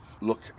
Look